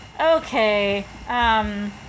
Okay